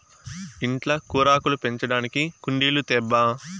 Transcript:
ఇంట్ల కూరాకులు పెంచడానికి కుండీలు తేబ్బా